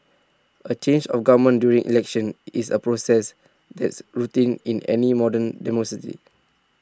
A change of government during elections is A process that's routine in any modern demo city